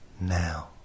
now